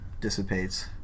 dissipates